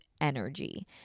energy